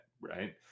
right